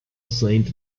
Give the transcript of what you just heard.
saint